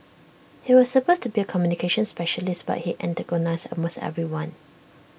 he was supposed to be A communications specialist but he antagonised almost everyone